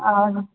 अँ